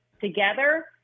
together